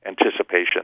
anticipation